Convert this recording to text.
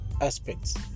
aspects